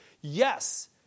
Yes